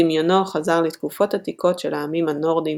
בדמיונו חזר לתקופות עתיקות של העמים הנורדים,